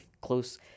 close